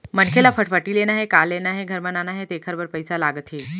मनखे ल फटफटी लेना हे, कार लेना हे, घर बनाना हे तेखर बर पइसा लागथे